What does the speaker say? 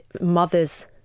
mothers